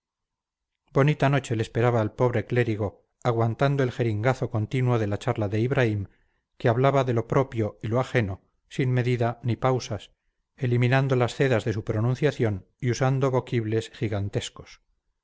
bonita noche le esperaba al pobre clérigo aguantando el jeringazo continuo de la charla de ibraim que hablaba de lo propio y lo ajeno sin medida ni pausas eliminando las zedas de su pronunciación y usando voquibles gigantescos